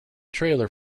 trailer